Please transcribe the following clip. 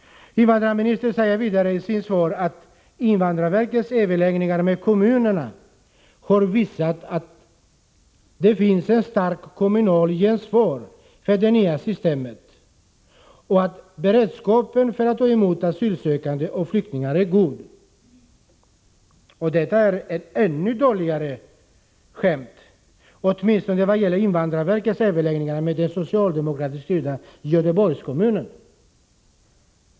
Invandrarministern säger vidare att invandrarverkets överläggningar med kommunerna har visat att det nya systemet fått ett starkt kommunalt gensvar och att beredskapen för att ta emot asylsökande och flyktingar är god. Detta är ett ännu sämre skämt, åtminstone i vad gäller invandrarverkets överläggningar med den socialdemokratiskt styrda kommunen i Göteborg.